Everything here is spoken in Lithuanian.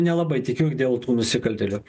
nelabai tikiu dėl tų nusikaltėlių